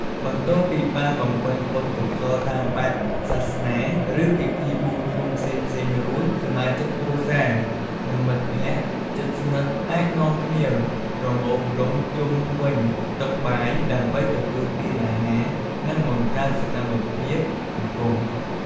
បន្ទាប់ពីបានបំពេញបុណ្យកុសលតាមបែបសាសនា ឬពិធីបួងសួងផ្សេងៗរួច សមាជិកគ្រួសារ និងមិត្តភក្តិជិតស្និទ្ធ អាចនាំគ្នាប្រមូលផ្តុំជុំវិញតុបាយ ដើម្បីទទួលទានអាហារ និងបង្កើតសកម្មភាពសង្គម។